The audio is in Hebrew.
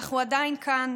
אבל אנחנו עדיין כאן,